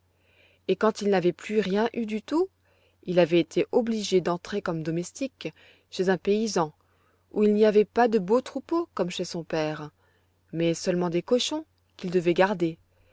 et quand il n'avait plus rien eu du tout il avait été obligé d'entrer comme domestique chez un paysan où il n'y avait pas de beaux troupeaux comme chez son père mais seulement des cochons qu'il devait garder